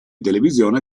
televisione